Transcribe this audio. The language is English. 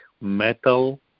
metal